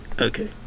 Okay